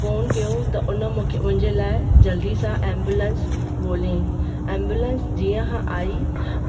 phone कयो त उन मुंहिंजे लाइ जल्दी सां ऐम्बुलेंस ॻोल्हयईं एम्बुलेंस जीअं खां आई